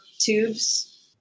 tubes